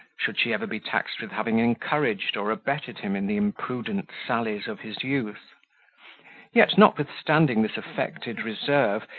should she ever be taxed with having encouraged or abetted him in the imprudent sallies of his youth yet, notwithstanding this affected reserve,